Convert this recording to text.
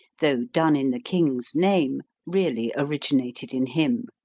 though done in the king's name, really originated in him.